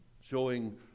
showing